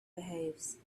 behaves